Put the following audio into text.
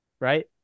right